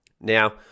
Now